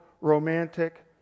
romantic